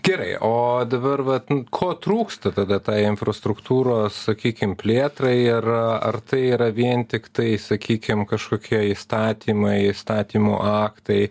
gerai o dabar va ko trūksta tada tai infrastruktūros sakykim plėtrai ir ar tai yra vien tiktai sakykim kažkokie įstatymai įstatymų aktai